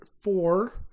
four